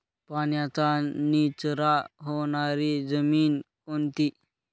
पाण्याचा निचरा होणारी जमीन कोणती?